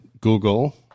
Google